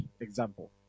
example